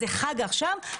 זה חג עכשיו,